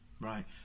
Right